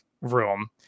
room